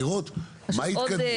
כדי לראות מה התקדם.